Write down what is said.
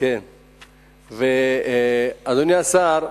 אדוני השר,